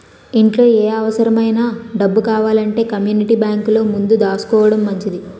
ఇంట్లో ఏ అవుసరమైన డబ్బు కావాలంటే కమ్మూనిటీ బేంకులో ముందు దాసుకోడం మంచిది